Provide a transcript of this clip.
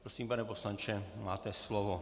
Prosím, pane poslanče, máte slovo.